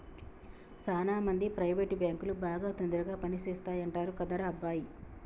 సాన మంది ప్రైవేట్ బాంకులు బాగా తొందరగా పని చేస్తాయంటరు కదరా అబ్బాయి